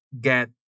get